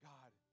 God